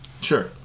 Sure